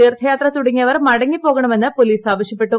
തീർത്ഥയാത്ര തുടങ്ങിയവർ മടങ്ങിപ്പോകണമെന്ന് പൊലീസ് ആവശ്യപ്പെട്ടു